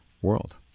world